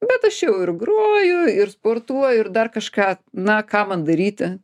bet aš jau ir groju ir sportuoju ir dar kažką na ką man daryti